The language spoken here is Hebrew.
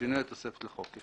שינוי התוספת לחוק.